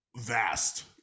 vast